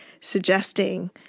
suggesting